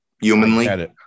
humanly